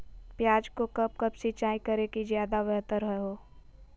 प्याज को कब कब सिंचाई करे कि ज्यादा व्यहतर हहो?